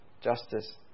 justice